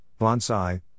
Bonsai